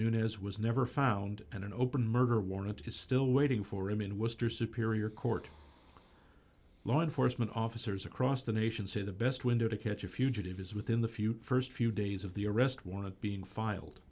nunez was never found in an open murder warrant is still waiting for him in worcester superior court law enforcement officers across the nation say the best window to catch a fugitive is within the few st few days of the arrest warrant being filed